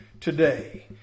today